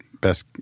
best